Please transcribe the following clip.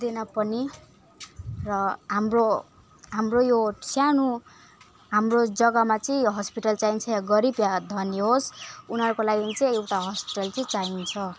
पुग्दैन पनि र हाम्रो हाम्रो यो सानो हाम्रो जगामा चाहिँ हस्पिटल चाहिन्छ वा गरिब वा धनी होस् उनीहरूको लागि चाहिँ एउटा हस्पिटल चाहिँ चाहिन्छ